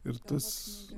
ir tas